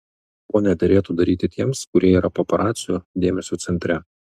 ko nederėtų daryti tiems kurie yra paparacių dėmesio centre